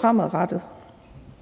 fremadrettet.